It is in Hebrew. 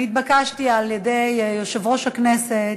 אני התבקשתי על-ידי יושב-ראש הכנסת,